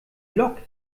lok